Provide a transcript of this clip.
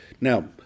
Now